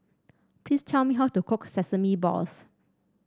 please tell me how to cook Sesame Balls